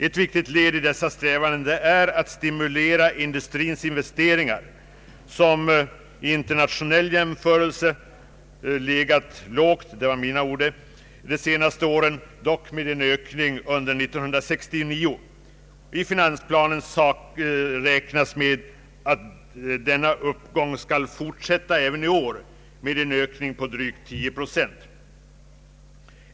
Ett viktigt led i dessa strävanden är att stimulera industrins investeringar som vid internationell jämförelse har legat lågt under de senaste åren, dock med en ökning under år 1969. I finansplanen räknas med att denna uppgång skall fortsätta även i år med en ökning på drygt 10 procent.